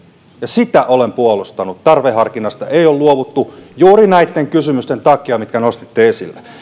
ja sitä olen puolustanut tarveharkinnasta ei ole luovuttu juuri näitten kysymysten takia mitkä nostitte esille